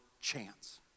chance